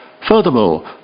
Furthermore